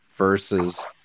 Versus